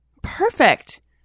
Perfect